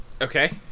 Okay